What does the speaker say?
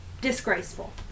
disgraceful